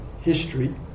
history